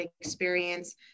experience